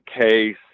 case